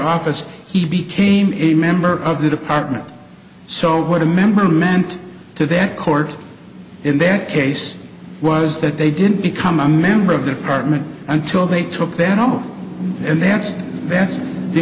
office he became a member of the department so what a member meant to that court in that case was that they didn't become a member of the department until they took their norm and that's that's the